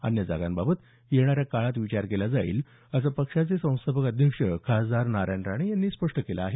अन्य जागांबाबत येणाऱ्या काळात विचार केला जाईल असं पक्षाचे संस्थापक अध्यक्ष खासदार नारायण राणे यांनी स्पष्ट केलं आहे